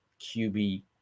QB